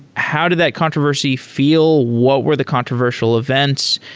how did that controversy feel? what were the controversial events,